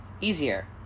easier